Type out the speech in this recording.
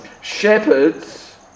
shepherds